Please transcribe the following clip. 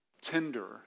tender